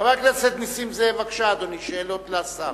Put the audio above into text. חבר הכנסת נסים זאב, בבקשה, אדוני, שאלות לשר.